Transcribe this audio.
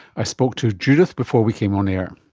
i spoke to judith before we came on air.